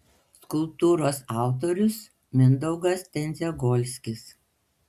skulptūros autorius mindaugas tendziagolskis